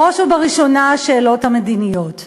בראש ובראשונה השאלות המדיניות.